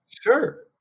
Sure